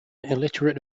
illiterate